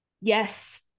Yes